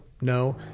no